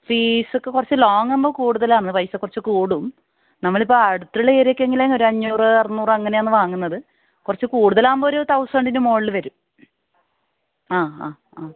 fees ഒക്കെ കുറച്ച് long ആവുമ്പോൾ കൂടുതലാണ് പൈസ കുറച്ചു കൂടും നമ്മൾ ഇപ്പോൾ അടുത്തുള്ള ഏരിയ ഒക്കെ എങ്കിൽ ഒരു അഞ്ഞൂറ് അറുനൂറ് അങ്ങനെയാണ് വാങ്ങുന്നത് കുറച്ചു കൂടുതൽ ആകുമ്പോൾ ഒരു തൗസൻറ്റിന് മോളിൽ വരും ആ ആ ആ